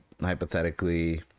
hypothetically